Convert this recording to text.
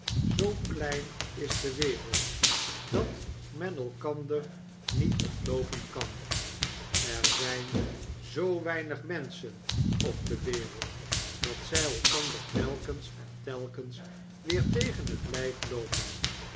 zoo klein is de wereld dat men elkander niet ontloopen kan er zijn zoo weinig menschen op de wereld dat zg elkander telkens en telkens weer tegen het lgf loopen